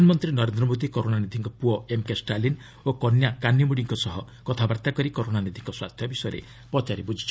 ପ୍ରଧାନମନ୍ତ୍ରୀ ନରେନ୍ଦ୍ର ମୋଦି କରୁଣାନିଧିଙ୍କ ପୁଅ ଏମ୍କେ ଷ୍ଟାଲିନ୍ ଓ କନ୍ୟା କାନିମୋଡ଼ିଙ୍କ ସହ କଥାବାର୍ତ୍ତା କରି କରୁଣାନିଧିଙ୍କ ସ୍ୱାସ୍ଥ୍ୟ ବିଷୟରେ ପଚାରି ବୃଝିଛନ୍ତି